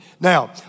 Now